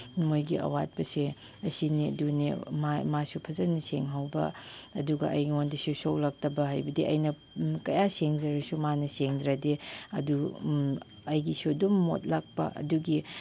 ꯃꯣꯏꯒꯤ ꯑꯋꯥꯠꯄꯁꯦ ꯑꯁꯤꯅꯤ ꯑꯗꯨꯅꯤ ꯃꯥꯁꯨ ꯐꯖꯅ ꯁꯦꯡꯍꯧꯕ ꯑꯗꯨꯒ ꯑꯩꯉꯣꯟꯗꯁꯨ ꯁꯣꯛꯂꯛꯇꯕ ꯍꯥꯏꯕꯗꯤ ꯑꯩꯅ ꯀꯌꯥ ꯁꯦꯡꯖꯔꯁꯨ ꯃꯥꯅ ꯁꯦꯡꯗ꯭ꯔꯗꯤ ꯑꯗꯨ ꯑꯩꯒꯤꯁꯨ ꯑꯗꯨꯝ ꯃꯣꯠꯂꯛꯄ ꯑꯗꯨꯒꯤ